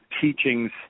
teachings